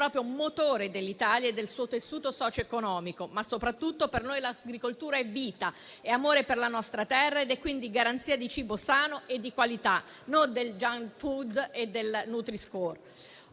è un vero e proprio motore dell'Italia e del suo tessuto socio-economico; ma soprattutto per noi l'agricoltura è vita, è amore per la nostra terra ed è quindi garanzia di cibo sano e di qualità, non del *junk food* e del nutri-score.